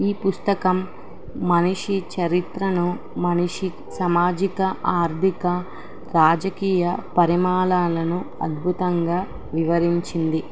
ఈ పుస్తకం మనిషి చరిత్రను మనిషి సమాజిక ఆర్థిక రాజకీయ పరిణామాలను అద్భుతంగా వివరించింది